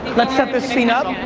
let's set this scene up!